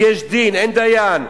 "יש דין" אין דיין,